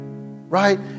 right